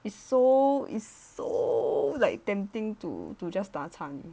is so is so like tempting to do just 大餐